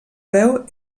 veu